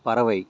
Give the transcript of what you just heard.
பறவை